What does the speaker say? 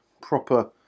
proper